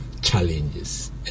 challenges